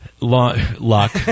Luck